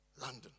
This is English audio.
London